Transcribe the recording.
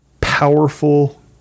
powerful